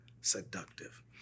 seductive